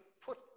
put